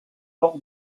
hors